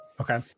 Okay